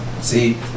See